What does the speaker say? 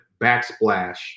backsplash